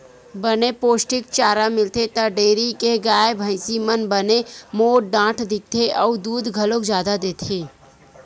बने पोस्टिक चारा मिलथे त डेयरी के गाय, भइसी मन बने मोठ डांठ दिखथे अउ दूद घलो जादा देथे